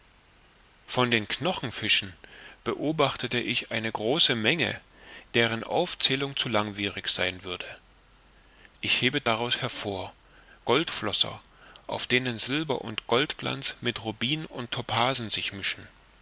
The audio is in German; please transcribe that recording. von knochenfischen beobachtete ich eine große menge deren aufzählung zu langweilig sein würde ich hebe daraus hervor goldflosser auf denen silber und goldglanz mit rubin und topasen sich mischen